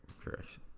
Correct